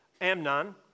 Amnon